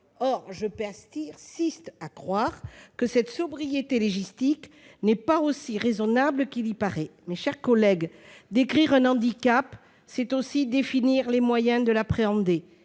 Or je persiste à croire que cette sobriété légistique n'est pas si raisonnable qu'il y paraît. Mes chers collègues, décrire un handicap, c'est définir les moyens de l'appréhender